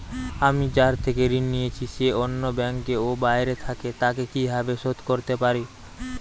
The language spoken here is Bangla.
আমি যার থেকে ঋণ নিয়েছে সে অন্য ব্যাংকে ও বাইরে থাকে, তাকে কীভাবে শোধ করতে পারি?